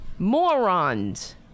Morons